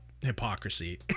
hypocrisy